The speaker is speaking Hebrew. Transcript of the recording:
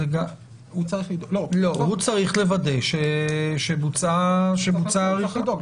הוא צריך לוודא שבוצעה עריכה.